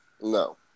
No